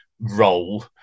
role